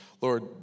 Lord